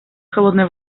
холодной